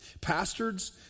Pastors